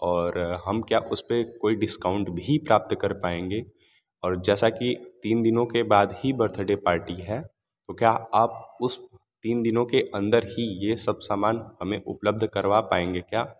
और हम क्या उस पर कोई डिस्काउंट भी प्राप्त कर पाएँगे और जैसा कि तीन दिनों के बाद ही बर्थडे पार्टी है तो क्या आप उन तीन दिनों के अंदर ही ये सब समान हमें उपलब्ध करवा पाएँगे क्या